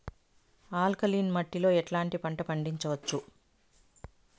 Alkaline మట్టి లో ఎట్లాంటి పంట పండించవచ్చు,?